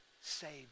saved